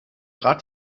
rat